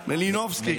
מלינובסקי.